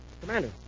Commander